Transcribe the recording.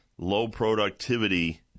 low-productivity